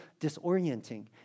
disorienting